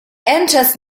enters